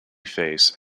face